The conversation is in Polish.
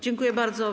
Dziękuję bardzo.